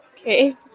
Okay